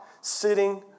sitting